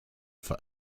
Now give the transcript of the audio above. for